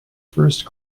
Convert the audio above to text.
first